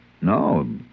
No